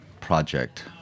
project